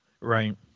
Right